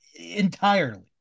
entirely